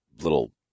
little